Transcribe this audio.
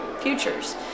futures